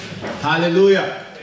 Hallelujah